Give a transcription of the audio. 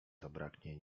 zabraknie